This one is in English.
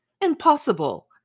Impossible